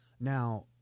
Now